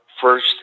first